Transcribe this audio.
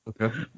Okay